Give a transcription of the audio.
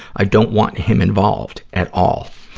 i don't want him involved at all.